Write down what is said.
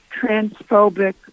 transphobic